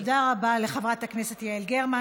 תודה רבה לחברת הכנסת יעל גרמן.